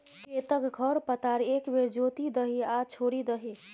खेतक खर पतार एक बेर जोति दही आ छोड़ि दही